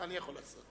מה אני יכול לעשות,